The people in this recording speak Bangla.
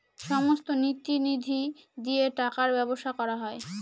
সমস্ত নীতি নিধি দিয়ে টাকার ব্যবসা করা হয়